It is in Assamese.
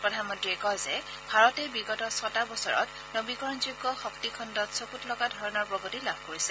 প্ৰধানমন্ত্ৰীয়ে কয় যে ভাৰতে বিগত ছটা বছৰত নবীকৰণযোগ্য শক্তিখণ্ডত চকুত লগা ধৰণৰ প্ৰগতি লাভ কৰিছে